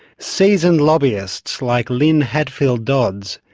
seasoned lobbyists like lin hatfield dodds,